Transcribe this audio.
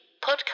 podcast